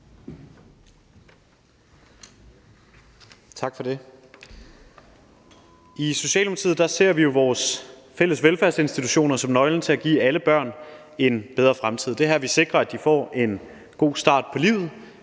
I Socialdemokratiet ser vi vores fælles velfærdsinstitutioner som nøglen til at give alle børn en bedre fremtid. Det her vil sikre, at de får en god start på livet,